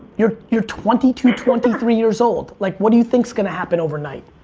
you're you're twenty two, twenty three years old. like what do you think's gonna happen overnight?